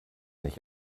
nicht